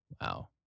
Wow